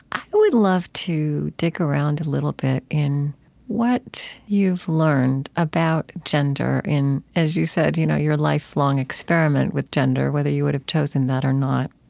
i would love to dig around a little bit in what you've learned about gender in, as you said, you know your lifelong experiment with gender, whether you would have chosen that or not.